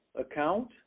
account